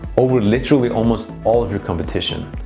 over literally almost all of your competition.